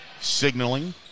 signaling